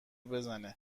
بزنه